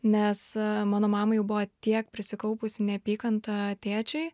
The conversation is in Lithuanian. nes mano mamai jau buvo tiek prisikaupusi neapykanta tėčiui